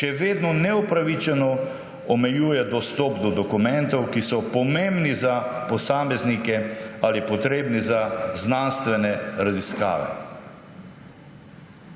še vedno neupravičeno omejuje dostop do dokumentov, ki so pomembni za posameznike ali potrebni za znanstvene raziskave.